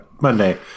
Monday